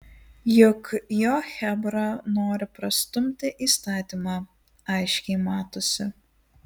juk jo chebra nori prastumti įstatymą aiškiai matosi